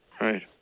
Right